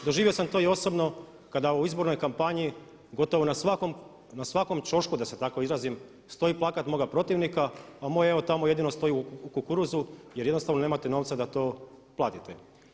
Doživio sam to i osobno kada u izbornoj kampanji gotovo na svakom ćošku da se tako izrazim stoji plakat moga protivnika, a moj evo tamo jedino stoji u kukuruzu jer jednostavno nemate novca da to platite.